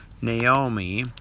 Naomi